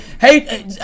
Hey